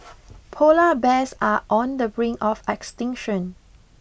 polar bears are on the brink of extinction